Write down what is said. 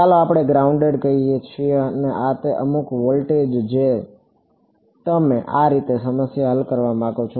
ચાલો આપણે ગ્રાઉન્ડેડ કહીએ અને આ તે છે કે અમુક વોલ્ટેજ જે તમે આ રીતે સમસ્યા હલ કરવા માંગો છો